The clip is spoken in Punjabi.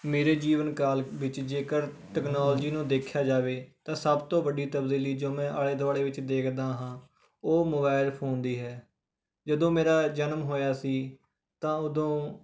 ਮੇਰੇ ਜੀਵਨ ਕਾਲ ਵਿੱਚ ਜੇਕਰ ਤਕਨਾਲੋਜੀ ਨੂੰ ਦੇਖਿਆ ਜਾਵੇ ਤਾਂ ਸਭ ਤੋਂ ਵੱਡੀ ਤਬਦੀਲੀ ਜੋ ਮੈਂ ਆਲ਼ੇ ਦੁਆਲ਼ੇ ਵਿੱਚ ਦੇਖਦਾ ਹਾਂ ਉਹ ਮੋਬਾਇਲ ਫੋਨ ਦੀ ਹੈ ਜਦੋਂ ਮੇਰਾ ਜਨਮ ਹੋਇਆ ਸੀ ਤਾਂ ਉਦੋਂ